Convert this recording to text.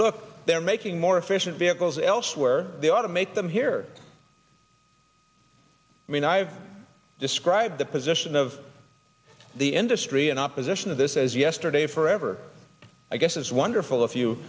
look they're making more efficient vehicles elsewhere they oughta make them here i mean i've described the position of the industry in opposition of this as yesterday forever i guess is wonderful if you